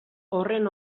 horren